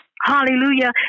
Hallelujah